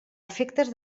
efectes